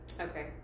Okay